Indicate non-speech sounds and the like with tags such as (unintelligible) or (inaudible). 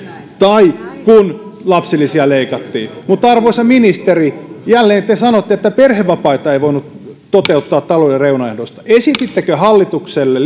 tai silloin kun lapsilisiä leikattiin mutta arvoisa ministeri jälleen te sanotte että perhevapaita ei voinut toteuttaa johtuen talouden reunaehdoista esitittekö hallitukselle (unintelligible)